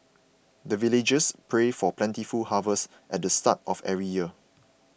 the villagers pray for plentiful harvest at the start of every year